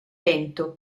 lento